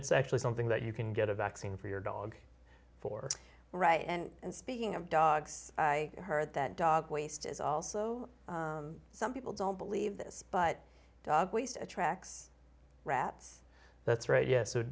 it's actually something that you can get a vaccine for your dog for right and speaking of dogs i heard that dog waste is also some people don't believe this but dog waste at tracks rats that's right yes so